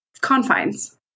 confines